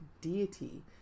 deity